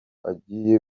agiye